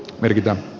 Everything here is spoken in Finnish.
merkitä